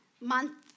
month